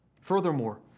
Furthermore